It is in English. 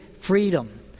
freedom